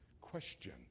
question